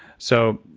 so,